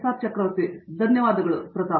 R Chakravarti ಬಹಳಷ್ಟು ಧನ್ಯವಾದಗಳು ಪ್ರತಾಪ್